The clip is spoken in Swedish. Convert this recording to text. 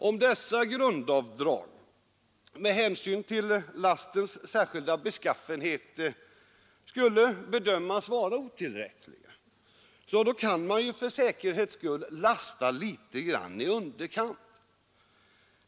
Om dessa grundavdrag med hänsyn till lastens särskilda beskaffenhet skulle bedömas vara otillräckliga kan man ju för säkerhets skull lasta litet i underkant.